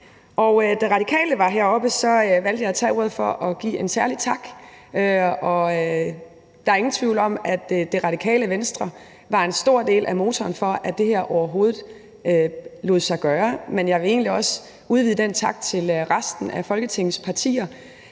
Da Radikale var heroppe, valgte jeg at tage ordet for at give en særlig tak. Der er ingen tvivl om, at Det Radikale Venstre var en stor del af motoren for, at det her overhovedet lod sig gøre, men jeg vil egentlig også udvide den tak til resten af Folketingets partier.